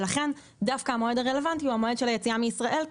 המועד הרלוונטי הוא המועד של היציאה מישראל.